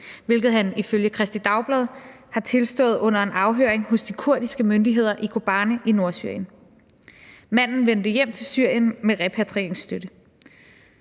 hvilket han ifølge Kristeligt Dagblad har tilstået under en afhøring hos de kurdiske myndigheder i Kobani i Nordsyrien. Manden vendte hjem til Syrien med repatrieringsstøtte.